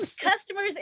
customers